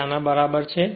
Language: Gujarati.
જે આ ના બરાબર છે